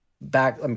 back